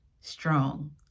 strong